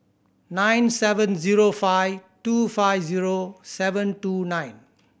nine seven zero five two five zero seven two nine